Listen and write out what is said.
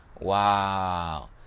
Wow